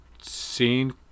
seen